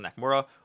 Nakamura